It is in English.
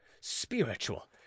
spiritual